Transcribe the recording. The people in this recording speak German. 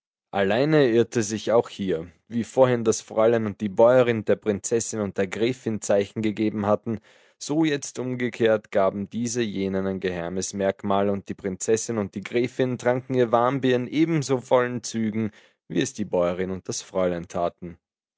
allein er irrte sich auch hier wie vorhin das fräulein und die bäuerin der prinzessin und der gräfin zeichen gegeben hatten so jetzt umgekehrt gaben diese jenen ein geheimes merkmal und die prinzessin und die gräfin tranken ihr warmbier in ebenso vollen zügen wie es die bäuerin und das fräulein taten